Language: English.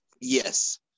Yes